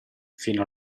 fino